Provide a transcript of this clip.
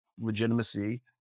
legitimacy